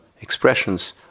expressions